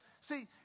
See